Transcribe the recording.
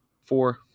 four